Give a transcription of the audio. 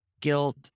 guilt